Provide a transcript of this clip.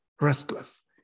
restless